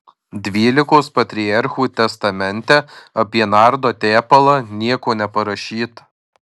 dvylikos patriarchų testamente apie nardo tepalą nieko neparašyta